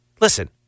listen